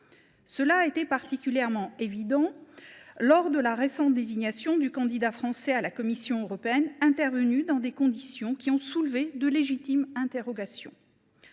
Cela a été particulièrement évident lors de la récente désignation du candidat français à la Commission européenne, intervenue dans des conditions qui ont soulevé de légitimes interrogations.